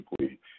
simply